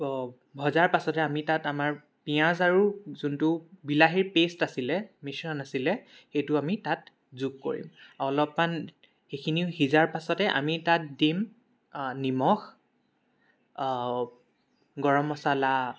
ভজাৰ পাছতে আমি তাত আমাৰ পিঁয়াজ আৰু যোনটো বিলাহীৰ পেষ্ট আছিলে মিশ্ৰণ আছিলে সেইটো আমি তাত যোগ কৰিম অলপমান সেইখিনিও সিজাৰ পাছতে আমি তাত দিম নিমখ গৰম মচলা